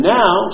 now